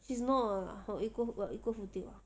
she's not on equal we're equal footing [what]